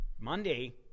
Monday